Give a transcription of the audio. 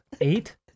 Eight